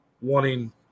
wanting